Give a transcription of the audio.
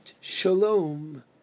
Shalom